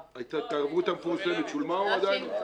ההתערבות המפורסמת שולמה או עדיין לא?